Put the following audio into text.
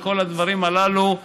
לכל הדברים הללו,